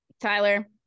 tyler